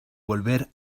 volver